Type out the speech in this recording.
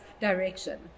direction